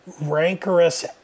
rancorous